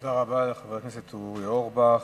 תודה רבה לחבר הכנסת אורי אורבך.